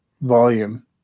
volume